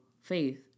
Faith